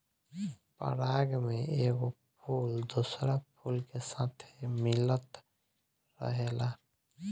पराग में एगो फूल दोसरा फूल के साथे मिलत रहेला